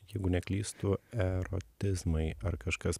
jeigu neklystu erotizmai ar kažkas